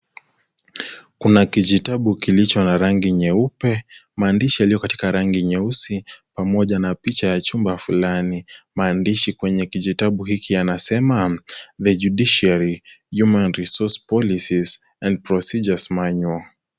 Kuna kijitabu kinacho rangi nyeupe maandishi yaliyo meusi pamoja na picha ya chumba fulani maandishi kwenye kijitabu hiki yanasema the judiciary human resoure policies and procedures manual .